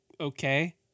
okay